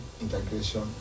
integration